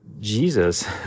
Jesus